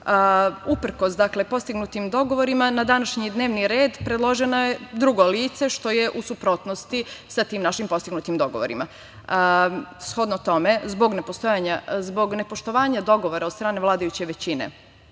Uprkos postignutim dogovorima na današnji dnevni red predloženo je drugo lice, što je u suprotnosti sa tim našim postignutim dogovorima. Shodno tome, zbog nepoštovanja dogovora od strane vladajuće većine